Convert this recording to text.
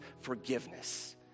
forgiveness